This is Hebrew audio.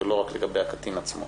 ולא רק לגבי הקטין עצמו.